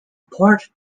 port